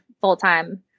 full-time